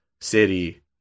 city